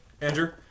Andrew